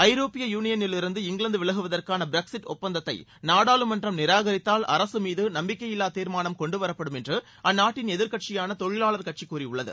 ஐரோப்பிய யூனியனிலிருந்து இங்கிலாந்து விலகுவதற்கான பிரக்ஸிட் ஒப்பந்தத்தை நாடாளுமன்றம் நிராகரித்தால் அரசு மீது நம்பிக்கையில்வா தீர்மானம் கொண்டுவரப்படும் என்று அந்நாட்டின் எதிர்க்கட்சியான தொழிலாளர் கட்சி கூறியுள்ளது